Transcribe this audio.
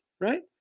right